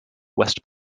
west